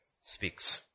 speaks